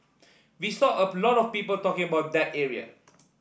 we saw a lot of people talking about that area